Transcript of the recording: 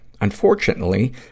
Unfortunately